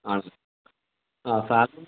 ആ ആ സാൽമണ് നല്ലതാണ് പക്ഷേ വിലയാണ് അതിപ്പം